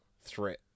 threat